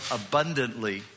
abundantly